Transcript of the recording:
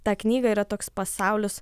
tą knygą yra toks pasaulis